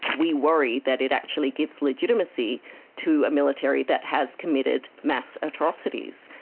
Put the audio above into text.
we worry that it actually gives legitimacy to a military that has committed mass atrocities.